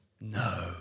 No